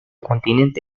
continente